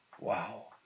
Wow